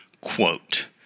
Quote